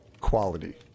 quality